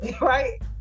right